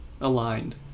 aligned